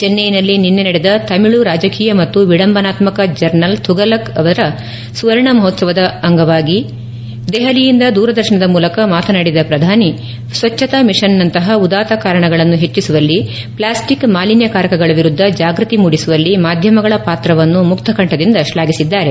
ಚೆನ್ನೈನಲ್ಲಿ ನಿನ್ನೆ ನಡೆದ ತಮಿಳು ರಾಜಕೀಯ ಮತ್ತು ವಿಡಂಬನಾತ್ಮಕ ಜರ್ನಲ್ ತುಫಲಕ್ ಅವರ ಸುವರ್ಣ ಮಹೋತ್ಸವದ ಅಂಗವಾಗಿ ದೆಹಲಿಯಿಂದ ದೂರದರ್ಶನದ ಮೂಲಕ ಮಾತನಾಡಿದ ಪ್ರಧಾನಿ ಸ್ವಚ್ಛತಾ ಮಿಷನ್ ನಂತಪ ಉದಾತ್ತ ಕಾರಣಗಳನ್ನು ಹೆಚ್ಚಿಸುವಲ್ಲಿ ಪ್ಲಾಸ್ಟಿಕ್ ಮಾಲಿನ್ಯಕಾರಕಗಳ ವಿರುದ್ಧ ಜಾಗೃತಿ ಮೂಡಿಸುವಲ್ಲಿ ಮಾಧ್ಯಮಗಳ ಪಾತ್ರವನ್ನು ಮುಕ್ತಕಂಠದಿಂದ ಶ್ಲಾಘಿಸಿದ್ದಾರೆ